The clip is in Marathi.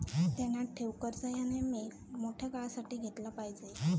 ध्यानात ठेव, कर्ज ह्या नेयमी मोठ्या काळासाठी घेतला पायजे